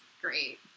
great